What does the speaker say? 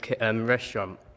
restaurant